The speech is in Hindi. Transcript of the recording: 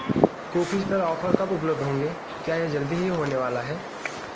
कुकीज़ पर ऑफर कब उपलब्ध होंगे क्या यह जल्दी ही होने वाला है